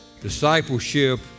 Discipleship